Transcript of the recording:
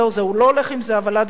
הוא לא הולך עם זה אבל עד הסוף,